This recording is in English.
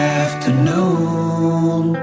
afternoon